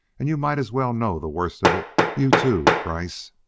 and you might as well know the worst of it you, too, kreiss.